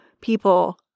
people